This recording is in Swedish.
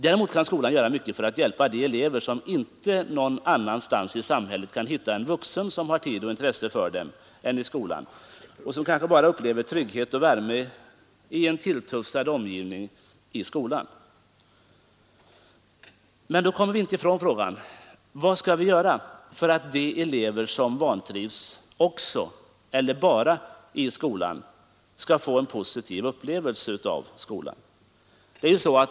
Däremot kan skolan göra mycket för att hjälpa de elever som inte någon annanstans i samhället än i skolan kan hitta en vuxen som har tid och intresse för dem och vilka kanske bara i skolan upplever trygghet och värme i en i övrigt tilltufsad omgivning. Då kommer vi inte ifrån frågan: Vad skall vi göra för att de elever som vantrivs bara i skolan eller både i skolan och i övrigt skall få en positiv upplevelse av skolan?